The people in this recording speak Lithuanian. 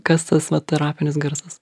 kas tas va terapinis garsas